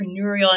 entrepreneurial